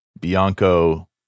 Bianco